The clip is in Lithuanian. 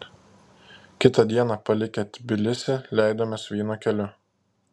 kitą dieną palikę tbilisį leidomės vyno keliu